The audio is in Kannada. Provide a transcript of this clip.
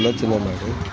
ಆಲೋಚನೆ ಮಾಡಿ